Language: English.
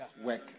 work